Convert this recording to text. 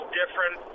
different